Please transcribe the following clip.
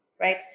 Right